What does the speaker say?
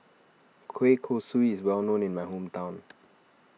Kueh Kosui is well known in my hometown